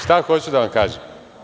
Šta hoću da vam kažem?